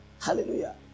Hallelujah